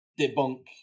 debunk